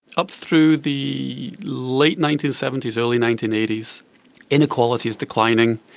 up through the late nineteen seventy s, early nineteen eighty s inequality is declining,